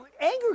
anger